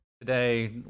Today